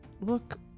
look